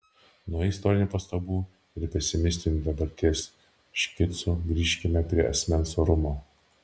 nuo istorinių pastabų ir pesimistinių dabarties škicų grįžkime prie asmens orumo